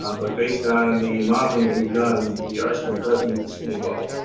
um but based on the modeling that we've done, the arsenic does meet the screening level.